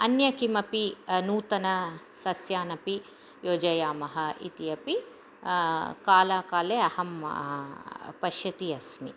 अन्य किमपि नूतन सस्यान् अपि योजयामः इति अपि काले काले अहम् पश्यती अस्मि